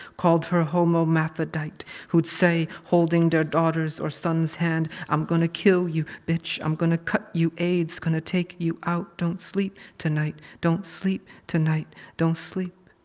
called her hermaphrodite. who'd say, holding their daughter's or son's hand, i'm gonna kill you, bitch, i'm gonna cut you, aids gonna take you out. don't sleep tonight, don't sleep tonight. don't sleep